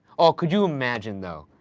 oh, could you imagine, though,